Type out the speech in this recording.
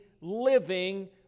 living